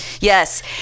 Yes